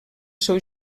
seu